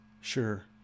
Sure